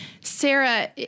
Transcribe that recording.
Sarah